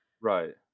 Right